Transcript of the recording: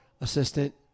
assistant